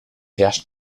herrscht